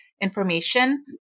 information